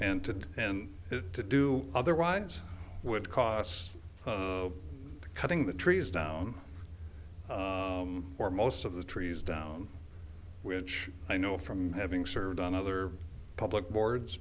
and has to do otherwise would cost cutting the trees down or most of the trees down which i know from having served on other public boards